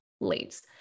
leads